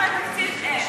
בספר התקציב אין.